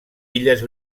illes